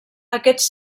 aquests